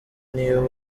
n’iyo